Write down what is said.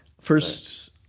First